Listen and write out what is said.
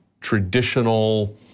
traditional